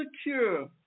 secure